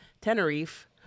Tenerife